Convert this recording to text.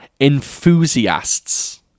enthusiasts